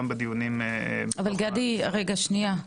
שנייה.